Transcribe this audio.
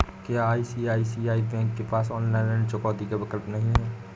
क्या ICICI bank के पास ऑनलाइन ऋण चुकौती का विकल्प नहीं है?